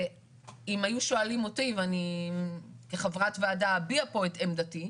ואם היו שואלים אותי ואני כחברת ועדה אביע פה את עמדתי.